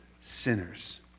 sinners